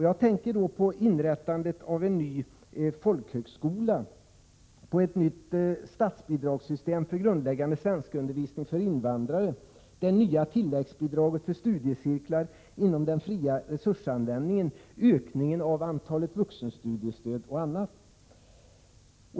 Jag tänker på inrättandet av en ny folkhögskola, på ett nytt statsbidragssystem för grundläggande svenskundervisning för invandrare, på det nya tilläggsbidraget för studiecirklar inom den fria resursanvändningen, ökningen av antalet vuxenstudiestöd m.m.